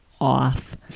off